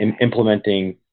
implementing